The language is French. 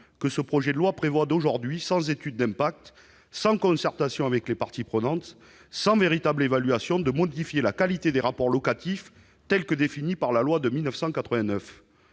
que ce projet de loi prévoit, sans étude d'impact, sans concertation avec les parties prenantes et sans véritable évaluation, de modifier la qualité des rapports locatifs telle qu'elle est définie par la loi de 1989.